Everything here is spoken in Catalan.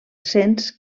cens